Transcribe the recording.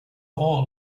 all